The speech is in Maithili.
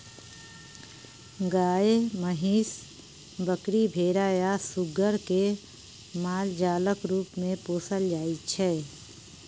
गाय, महीस, बकरी, भेरा आ सुग्गर केँ मालजालक रुप मे पोसल जाइ छै